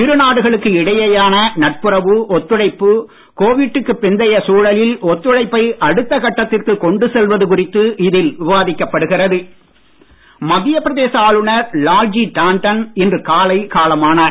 இரு நாடுகளுக்கு இடையேயான நட்புறவு ஒத்துழைப்பு கோவிட்டுக்கு பிந்தைய சூழலில் ஒத்துழைப்பை அடுத்த கட்டத்திற்கு கொண்டு செல்வது குறித்து இதில் விவாதிக்கப்படுகிறது மத்திய பிரதேச ஆளுநர் லால்ஜி தாண்டன் இன்று காலை காலமானார்